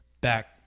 back